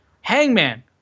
Hangman